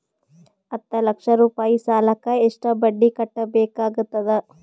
ಹತ್ತ ಲಕ್ಷ ರೂಪಾಯಿ ಸಾಲಕ್ಕ ಎಷ್ಟ ಬಡ್ಡಿ ಕಟ್ಟಬೇಕಾಗತದ?